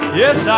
yes